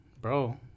Bro